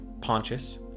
Pontius